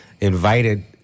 invited